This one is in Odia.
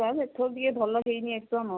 ସାର୍ ଏଥର ଟିକେ ଭଲ ହେଇନି ଏକ୍ସାମ୍ ଆଉ